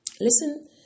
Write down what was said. Listen